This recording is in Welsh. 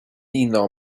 uno